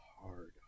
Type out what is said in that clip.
hard